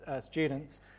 students